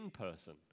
person